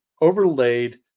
overlaid